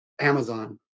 amazon